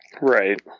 Right